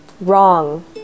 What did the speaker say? wrong